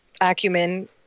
acumen